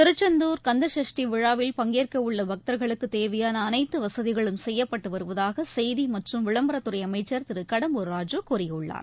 திருச்செந்தூர் கந்தசஷ்டி விழாவில் பங்கேற்கவுள்ளபக்தர்களுக்குதேவையானஅனைத்துவசதிகளும் செய்யப்பட்டுவருவதாகசெய்திமற்றும் விளம்பரத் துறைஅமைச்சர் திருகடம்பூர்ராஜூ கூறியுள்ளார்